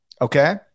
Okay